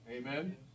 Amen